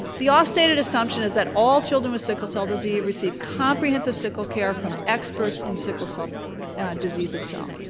the oft-stated assumption is that all children with sickle cell disease receive comprehensive sickle care from experts in sickle cell disease itself.